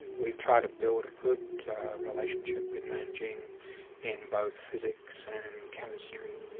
we've tried to build a good relationship with nanjing in both physics and chemistry.